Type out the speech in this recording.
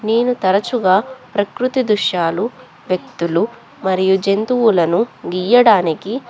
నేను తరచుగా ప్రకృతి దృశ్యాలు వ్యక్తులు మరియు జంతువులను గీయడానికి